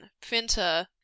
printer